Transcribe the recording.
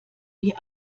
wie